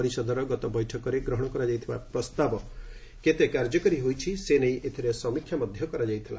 ପରିଷଦର ଗତ ବୈଠକରେ ଗ୍ରହଣ କରାଯାଇଥିବା ପ୍ରସ୍ତାବ କେତେ କାର୍ଯ୍ୟକାରୀ ହୋଇଛି ସେ ନେଇ ଏଥିରେ ସମୀକ୍ଷା କରାଯାଇଥିଲା